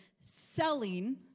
selling